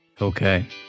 Okay